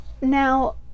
Now